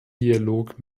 dialog